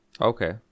Okay